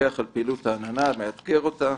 מפקח על פעילות העננה, מאתגר אותה.